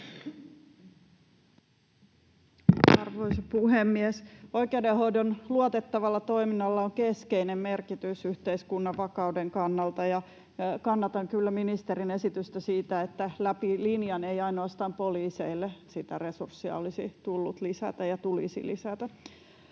Arvoisa puhemies! Oikeudenhoidon luotettavalla toiminnalla on keskeinen merkitys yhteiskunnan vakauden kannalta, ja kannatan kyllä ministerin esitystä siitä, että läpi linjan, ei ainoastaan poliiseille, sitä resurssia olisi tullut lisätä ja tulisi lisätä.